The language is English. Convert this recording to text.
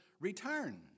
return